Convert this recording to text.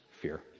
fear